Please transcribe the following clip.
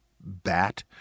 Bat